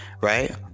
right